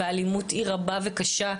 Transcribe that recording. והאלימות היא רבה וקשה,